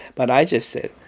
but i just said,